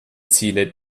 ziele